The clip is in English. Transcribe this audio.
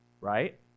Right